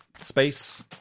space